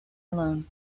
alone